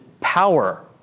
power